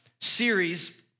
series